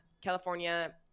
California